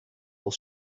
will